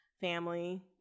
family